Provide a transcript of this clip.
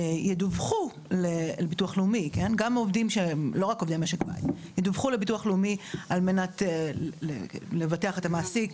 ידווחו לביטוח לאומי על מנת לבטח את המעסיק